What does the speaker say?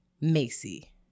Macy